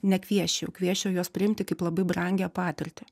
nekviesčiau kviesčiau juos priimti kaip labai brangią patirtį